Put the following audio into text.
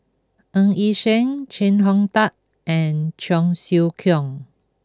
Ng Yi Sheng Chee Hong Tat and Cheong Siew Keong